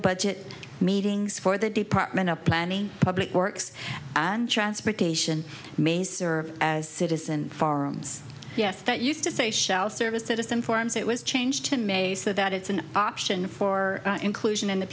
budget meetings for the department of planning public works and transportation may serve as citizen farms yes that used to say shall service citizen forums it was changed in may so that it's an option for inclusion in the